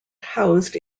housed